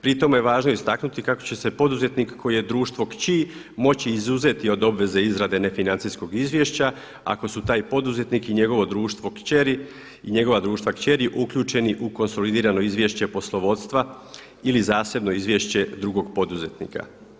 Pri tome je važno istaknuti kako će se poduzetnik koji je društvo kći moći izuzeti od obveze izrade nefinancijskog izvješća ako su taj poduzetnik i njegova društva kćeri uključeni u konsolidirano izvješće poslovodstva ili zasebno izvješće drugog poduzetnika.